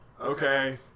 Okay